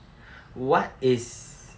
what is